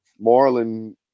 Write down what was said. Marlon